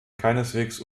keineswegs